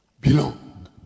belong